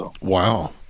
Wow